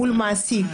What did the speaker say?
מול מעסיק,